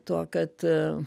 tuo kad